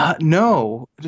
No